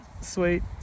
sweet